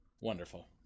Wonderful